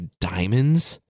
diamonds